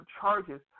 charges